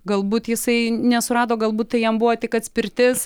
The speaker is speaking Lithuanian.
galbūt jisai nesurado galbūt tai jam buvo tik atspirtis